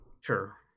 Sure